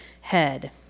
head